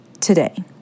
today